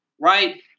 Right